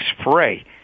spray